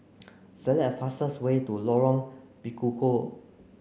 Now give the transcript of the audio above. select fastest way to Lorong Bekukong